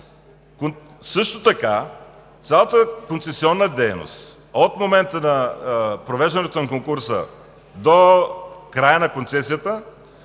Също така цялата концесионна дейност – от момента на провеждането на конкурса до края на концесията,